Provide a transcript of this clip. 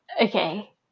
okay